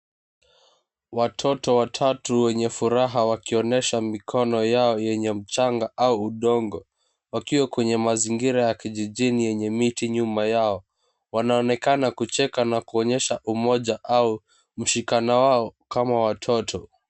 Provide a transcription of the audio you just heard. Watoto watatu wenye furaha wakionyesha mikono yao yenye mchanga au udongo, wakiwa kwenye mazingira ya kijijini yenye miti nyuma yao. Wakionekana kucheka na kuonyesha umoja au mshikano wao kama watoto.